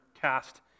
cast